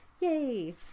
yay